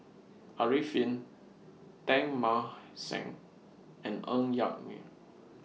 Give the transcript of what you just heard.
Arifin Teng Mah Seng and Ng Yak Whee